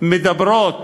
מדברות